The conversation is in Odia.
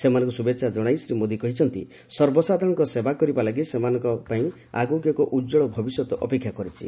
ସେମାନଙ୍କୁ ଶୁଭେଚ୍ଛା ଜଣାଇ ଶ୍ରୀ ମୋଦୀ କହିଛନ୍ତି ସର୍ବସାଧାରଣଙ୍କ ସେବା କରିବା ଲାଗି ସେମାନଙ୍କ ପାଇଁ ଆଗକୁ ଏକ ଉଜ୍ୱଳ ଭବିଷ୍ୟତ ଅପେକ୍ଷା କରିଛି